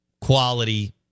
quality